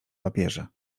papierze